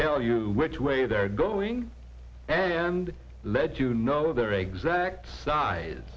tell you which way they're going and let you know their exact size